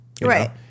Right